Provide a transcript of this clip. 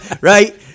right